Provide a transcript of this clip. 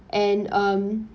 and um